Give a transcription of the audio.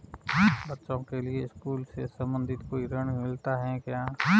बच्चों के लिए स्कूल से संबंधित कोई ऋण मिलता है क्या?